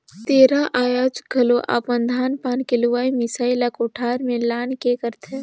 तेहर आयाज घलो अपन धान पान के लुवई मिसई ला कोठार में लान के करथे